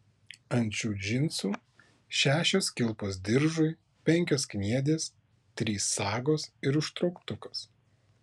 ant šių džinsų šešios kilpos diržui penkios kniedės trys sagos ir užtrauktukas